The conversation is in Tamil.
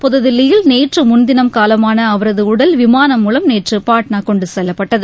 புத்தில்லியில் நேற்று முன்தினம் காலமான அவரது உடல் விமானம் மூலம் நேற்று பாட்னா கொண்டு செல்லப்பட்டகு